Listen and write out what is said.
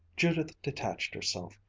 judith detached herself,